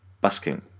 busking